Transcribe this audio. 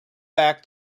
back